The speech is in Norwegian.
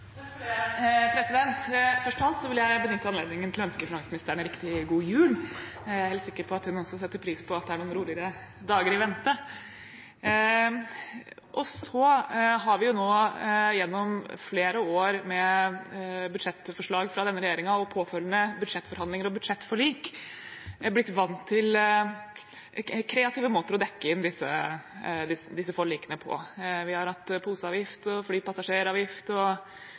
helt sikker på at hun også setter pris på at det er noen roligere dager i vente. Vi har gjennom flere år med budsjettforslag fra denne regjeringen, og påfølgende budsjettforhandlinger og budsjettforlik, blitt vant til kreative måter å dekke inn disse forlikene på. Vi har hatt poseavgift, flypassasjeravgift, skyving av prosjekter og